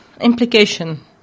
implication